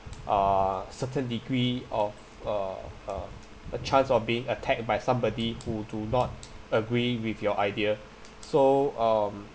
uh certain degree of uh uh a chance of being attacked by somebody who do not agree with your idea so um